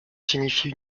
signifie